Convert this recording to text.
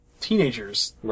teenagers